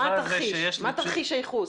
תרחיש הייחוס?